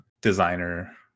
designer